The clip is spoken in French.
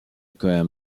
aucun